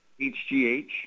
HGH